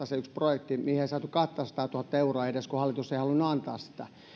se yksi projekti mihin ei saatu edes kahtasataatuhatta euroa kun hallitus ei halunnut antaa sitä